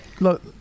Look